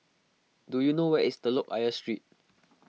do you know where is Telok Ayer Street